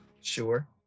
Sure